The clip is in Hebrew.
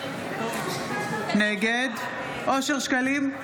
נגד אושר שקלים,